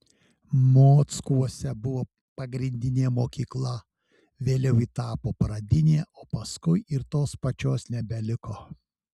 mockuose buvo pagrindinė mokykla vėliau ji tapo pradinė o paskui ir tos pačios nebeliko